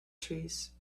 trees